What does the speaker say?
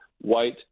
white